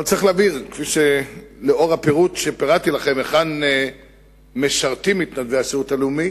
לאור הפירוט שפירטתי לכם היכן משרתים מתנדבי השירות הלאומי,